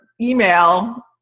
email